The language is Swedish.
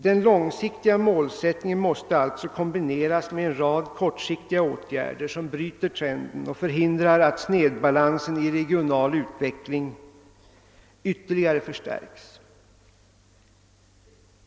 Den långsiktiga målsättningen måste alltså kombineras med en rad kortsiktiga åtgärder, som bryter trenden och förhindrar att snedbalansen i regional utveckling ytterligare förstärks.